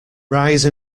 rise